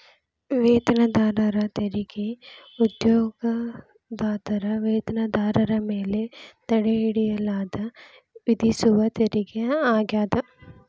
ವೇತನದಾರರ ತೆರಿಗೆ ಉದ್ಯೋಗದಾತರ ವೇತನದಾರರ ಮೇಲೆ ತಡೆಹಿಡಿಯಲಾದ ವಿಧಿಸುವ ತೆರಿಗೆ ಆಗ್ಯಾದ